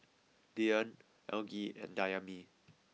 Dyan Algie and Dayami